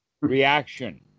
Reaction